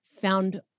found